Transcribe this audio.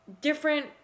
different